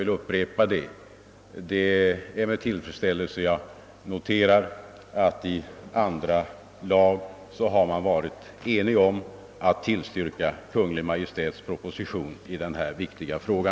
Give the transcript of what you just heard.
Jag upprepar att jag med tillfredsställelse har noterat att man i andra lagutskottet har varit enig om att tillstyrka Kungl. Maj:ts proposition i denna viktiga fråga.